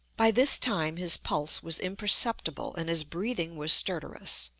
by this time his pulse was imperceptible and his breathing was stertorous,